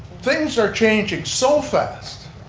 things are changing so fast,